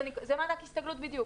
זה מענק הסתגלות בדיוק.